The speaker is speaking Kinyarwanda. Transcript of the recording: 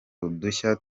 udushya